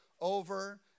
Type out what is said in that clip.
over